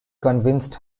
convinced